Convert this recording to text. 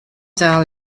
dal